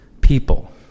people